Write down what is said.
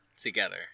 together